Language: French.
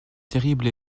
terribles